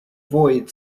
avoid